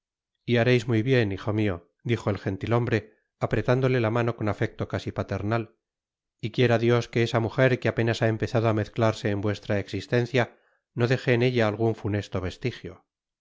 y hareis muy bien hijo mio dijo el gentil-hombre apretándole la mano con afecto casi paternal y quiera dios que esa mujer que apenas ha empezado á mezclarse'en vuestra existencia no deje en ella algun funesto vestigio